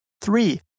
Three